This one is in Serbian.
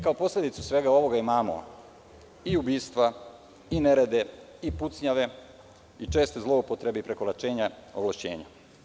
Kao posledica svega ovoga imamo i ubistva, i nerede, i pucnjave, i česte zloupotrebe i prekoračenja ovlašćenja.